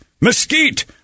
mesquite